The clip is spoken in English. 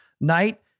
night